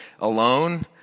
alone